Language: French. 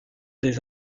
des